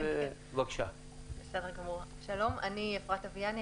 אני אפרת אביאני,